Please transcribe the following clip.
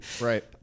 right